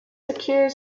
occurs